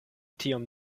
tiom